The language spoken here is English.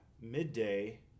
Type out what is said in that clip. midday